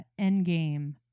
Endgame